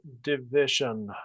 division